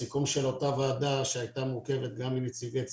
הסיכום של אותה ועדה שהייתה מורכבת גם מנציגי צהל,